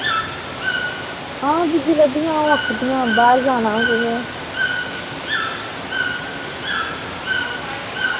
हां दीदी लब्भियां ओह् आक्खा दि'यां बाह्र जाना कुतै